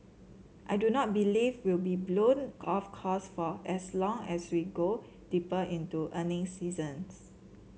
I do not believe will be blown off course for as long as we go deeper into earnings seasons